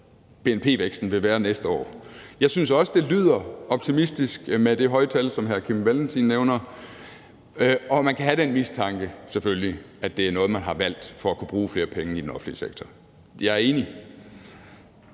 bnp-væksten vil være næste år. Jeg synes også, det lyder optimistisk med det høje tal, som hr. Kim Valentin nævner, og man kan selvfølgelig have den mistanke, at det er noget, man har valgt for at kunne bruge flere penge i den offentlige sektor. Jeg er enig.